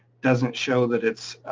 doesn't show that it's